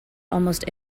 almost